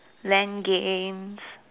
lan games